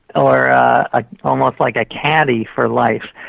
or ah almost like a caddy for life.